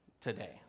today